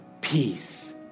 peace